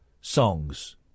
songs